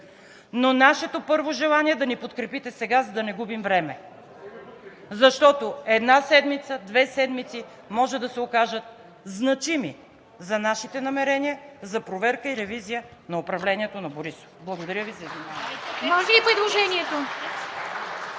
Но нашето първо желание е да ни подкрепите сега, за да не губим време. Защото една седмица, две седмици може да се окажат значими за нашите намерения за проверка и ревизия на управлението на Борисов. Благодаря Ви за